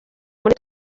muri